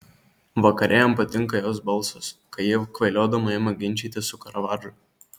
vakare jam patinka jos balsas kai ji kvailiodama ima ginčytis su karavadžu